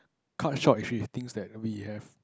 cut short if she thinks that we have